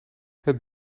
het